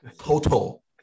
total